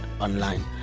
online